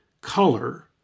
color